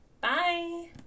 Bye